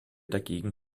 dagegen